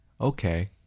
Okay